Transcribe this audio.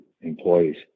employees